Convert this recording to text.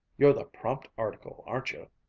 you're the prompt article, aren't you?